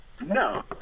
No